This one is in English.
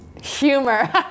Humor